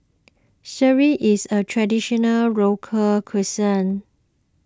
Sireh is a Traditional Local Cuisine